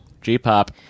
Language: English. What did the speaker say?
G-pop